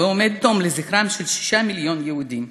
ועומד דום לזכרם של שישה מיליון יהודים: